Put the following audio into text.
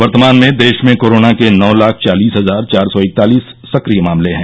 वर्तमान में देश में कोरोना के नौ लाख चालीस हजार चार सौ इकतालिस सक्रिय मामले हैं